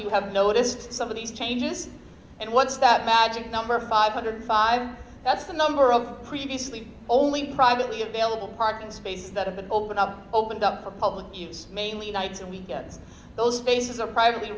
you have noticed some of these changes and what's that magic number five hundred five that's the number of previously only privately available parking spaces that have been opened up opened up for public events mainly nights and weekends those faces are privately